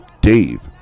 Dave